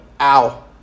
Ow